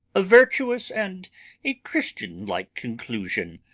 a virtuous and a christian-like conclusion,